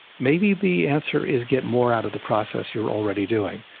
maybe the answer is get more out of the process you're already doing.